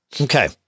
Okay